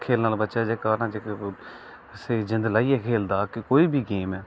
खेलने आहला बच्चा जेहका स्हेई जिंद लाइयै खेलदा कि कोई बी गेम